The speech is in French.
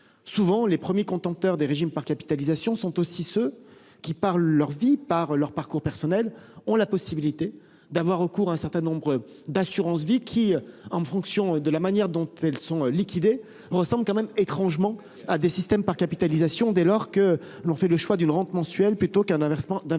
tous, les premiers contempteurs des régimes par capitalisation sont souvent ceux qui par leur parcours personnel ont la possibilité d'avoir recours à un certain nombre d'assurances vie. Ces dernières, en fonction de la manière dont elles sont liquidées, ressemblent étrangement à des systèmes par capitalisation, dès lors qu'est fait le choix d'une rente mensuelle plutôt que d'un versement